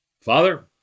Father